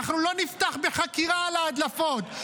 אנחנו לא נפתח בחקירה על ההדלפות.